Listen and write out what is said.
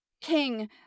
King